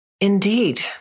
Indeed